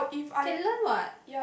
can learn what